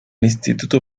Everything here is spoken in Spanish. instituto